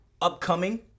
upcoming